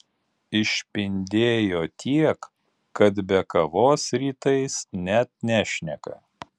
išpindėjo tiek kad be kavos rytais net nešneka